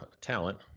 talent